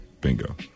Bingo